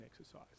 exercise